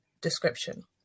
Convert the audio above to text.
description